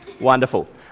Wonderful